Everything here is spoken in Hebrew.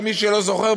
למי שלא זוכר,